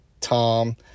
Tom